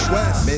West